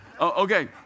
Okay